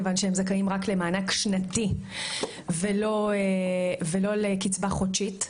כיוון שהם זכאים רק למענק שנתי ולא לקצבה חודשית,